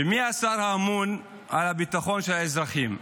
ומי השר האמון על הביטחון של האזרחים?